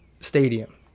Stadium